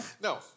No